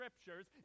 scriptures